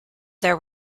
their